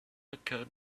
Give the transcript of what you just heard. occurred